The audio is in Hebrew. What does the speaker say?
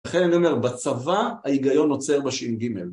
לכן אני אומר, בצבא ההיגיון עוצר בש.ג.